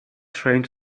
trying